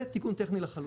זה תיקון טכני לחלוטין.